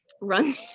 run